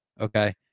Okay